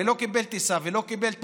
ולא קיבל טיסה ולא קיבל תמורה,